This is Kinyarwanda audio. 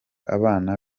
abana